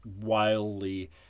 wildly